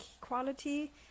quality